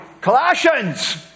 Colossians